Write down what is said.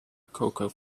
cocoa